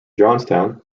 johnstown